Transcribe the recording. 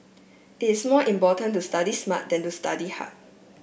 it's more important to study smart than to study hard